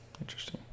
interesting